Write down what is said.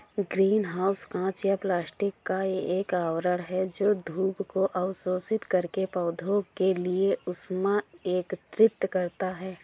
green house कांच या plastic का एक आवरण है जो धूप को अवशोषित करके पौधों के लिए ऊष्मा एकत्रित करता है